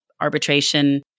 arbitration